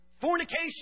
fornication